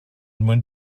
mwyn